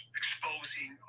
exposing